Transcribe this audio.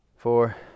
Four